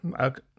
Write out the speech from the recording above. Okay